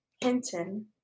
Hinton